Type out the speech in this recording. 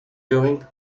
doing